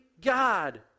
God